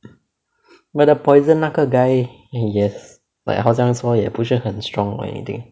but the poison 那个 guy yes like 好像说也不是很 strong or anything